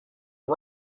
are